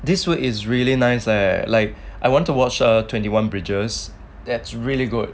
this one is really nice leh like I want to watch a twenty one bridges that's really good